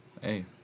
Hey